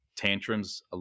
Tantrums